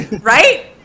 Right